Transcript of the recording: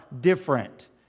different